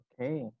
Okay